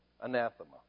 anathema